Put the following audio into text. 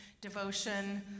devotion